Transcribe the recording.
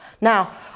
Now